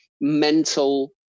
mental